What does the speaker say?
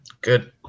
good